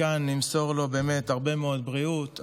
מכאן נמסור לו הרבה מאוד בריאות,